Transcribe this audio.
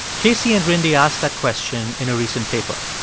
casey and rindy asked that question in a recent paper.